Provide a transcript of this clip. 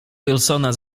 wilsona